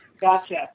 Gotcha